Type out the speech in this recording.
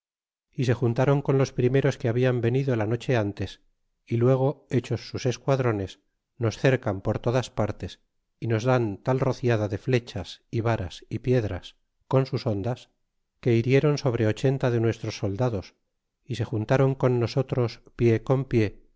y se juntron con los primeros que hablan venido la noche ntes y luego hechos sus esquadrones nos cercan por todas partes y nos dan tal rociada de flechas y varas y piedras con sus hondas que hirieron sobre ochenta de nuestros soldados y se juntron con nosotros pie con pie